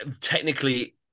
technically